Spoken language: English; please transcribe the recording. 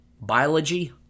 Biology